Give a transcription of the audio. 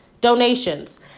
donations